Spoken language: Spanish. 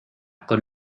con